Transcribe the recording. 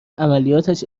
عملیاتش